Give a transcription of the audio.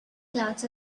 clouds